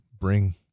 bring